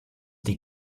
die